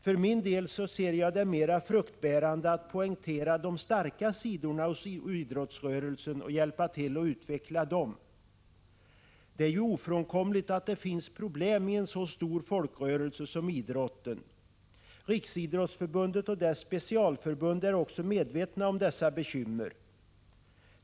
För min del ser jag det som mer fruktbärande att poängtera de starka sidorna hos idrottsrörelsen och att hjälpa till att utveckla dem. Det är ju ofrånkomligt att det finns problem i en så stor folkrörelse som idrotten. Riksidrottsförbundet och dess specialförbund är också medvetna om dessa bekymmer.